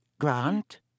Grant